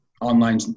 online